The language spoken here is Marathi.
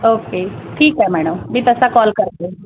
ओके ठीक आहे मॅडम मी तसा कॉल करते